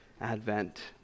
Advent